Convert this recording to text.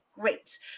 Great